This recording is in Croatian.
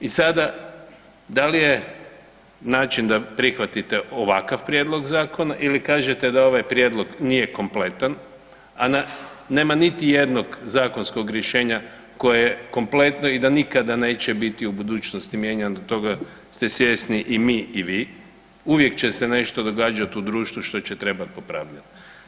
I sada da li je način da prihvatite ovakav prijedlog zakona ili kažete da ovaj prijedlog nije kompletan, a nema niti jednog zakonskog rješenja koje je kompletno i da nikada neće biti u budućnosti mijenjan, toga ste svjesni i mi i vi, uvijek će se nešto događati u društvu što će trebati popravljati.